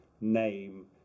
name